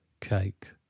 cake